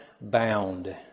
bound